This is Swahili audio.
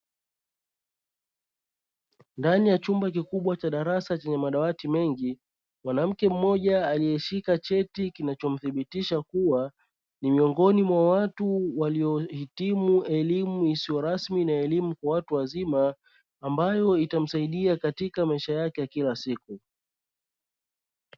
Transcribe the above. Ndani ya chumba kikubwa cha darasa chenye madawati mengi, mwanamke mmoja aliyeshika cheti kinachomthibitisha kuwa ni miongoni mwa watu waliohitimu elimu isiyo rasmi na elimu kwa watu wazima, ambayo itamsaidia katika maisha yake ya kila siku.